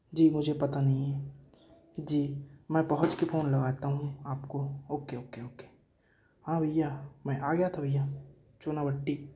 जी मुझे पता नहीं है जी मैं पहुँच के फ़ोन लगाता हूँ आपको ओके ओके ओके हाँ भय्या मैं आ गया था भय्या चूनाभट्टी